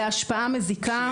בהשפעה מזיקה,